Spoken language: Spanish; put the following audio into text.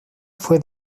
fue